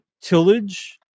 tillage